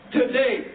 today